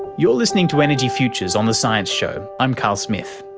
you're listening to energy futures on the science show, i'm carl smith.